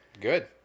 Good